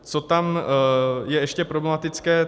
Co je tam ještě problematické?